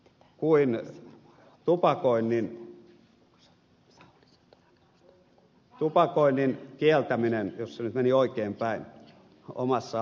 uiminen kuin tupakoinnin kieltäminen jos se nyt meni oikein päin omassa autossa